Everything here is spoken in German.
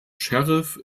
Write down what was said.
sheriff